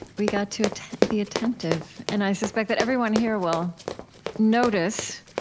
we got to to be attentive, and i suspect that everyone here will notice,